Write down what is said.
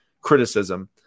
criticism